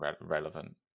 relevant